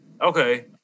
Okay